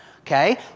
Okay